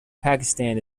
pakistan